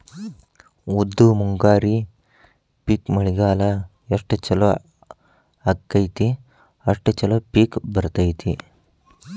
ಉದ್ದು ಮುಂಗಾರಿ ಪಿಕ್ ಮಳಿಗಾಲ ಎಷ್ಟ ಚಲೋ ಅಕೈತಿ ಅಷ್ಟ ಚಲೋ ಪಿಕ್ ಬರ್ತೈತಿ